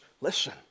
listen